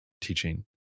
teaching